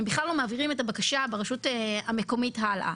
הם בכלל לא מעבירים את הבקשה ברשות המקומית הלאה.